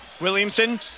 Williamson